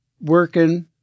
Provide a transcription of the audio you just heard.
working